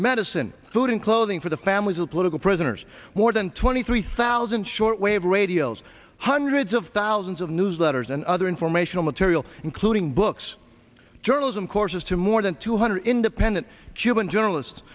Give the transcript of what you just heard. medicine food and clothing for the families of political prisoners more than twenty three thousand shortwave radios hundreds of thousands of newsletters and other informational material including books journalism courses to more than two hundred independent cuban journalist